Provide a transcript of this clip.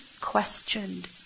questioned